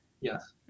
Yes